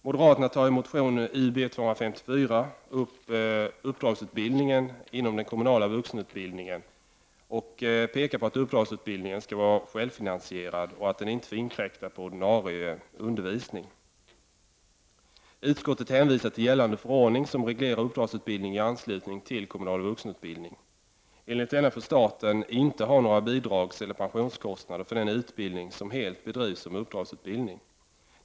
Moderaterna tar i motion Ub254 upp uppdragsutbildningen inom den kommunala vuxenutbildningen och pekar på att uppdragsutbildningen skall vara självfinansiserad och att den inte får inkräkta på ordinarie undervisning. Utskottet hänvisar till gällande förordning som reglerar uppdragsutbild ning i anslutning till kommunal vuxenutbildning. Enligt denna får staten inte ha några bidragseller pensionskostnader för den utbildning som helt bedrivs som uppdragsutbildning.